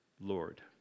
Lord